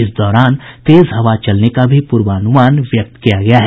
इस दौरान तेज हवा चलने का भी पूर्वान्रमान व्यक्त किया गया है